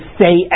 say